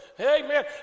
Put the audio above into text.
amen